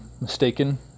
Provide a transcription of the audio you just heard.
mistaken